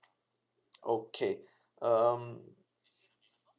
okay um